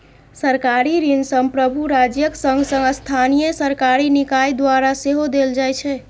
सरकारी ऋण संप्रभु राज्यक संग संग स्थानीय सरकारी निकाय द्वारा सेहो देल जाइ छै